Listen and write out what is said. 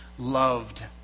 Loved